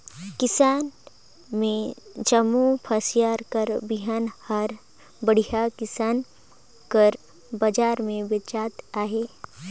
किसानी में जम्मो फसिल कर बीहन हर बड़िहा किसिम कर बजार में बेंचात अहे